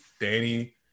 Danny